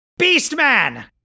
Beastman